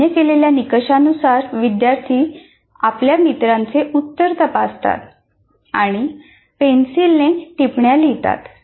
मान्य केलेल्या निकषानुसार विद्यार्थी आपल्या मित्रांचे उत्तर तपासतात आणि पेन्सिलने टिप्पण्या लिहितात